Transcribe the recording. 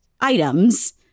items